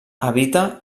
habita